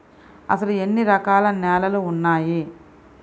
అసలు ఎన్ని రకాల నేలలు వున్నాయి?